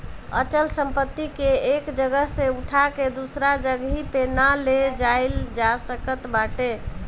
अचल संपत्ति के एक जगह से उठा के दूसरा जगही पे ना ले जाईल जा सकत बाटे